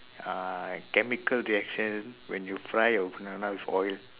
uh chemical reaction when you fry oil